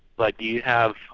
but you have,